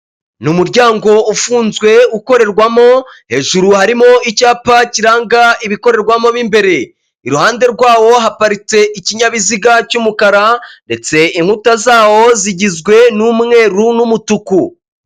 Ni umuryango ufunzwe ukorerwamo hejuru harimo icyapa kiranga ibikorerwamo mo imbere, iruhande rwawo haparitse ikinyabiziga cy'umukara ndetse inkuta zawo zigizwe n'umweru n'umutuku.